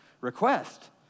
request